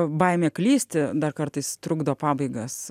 baimė klysti dar kartais trukdo pabaigas